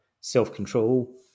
self-control